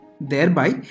thereby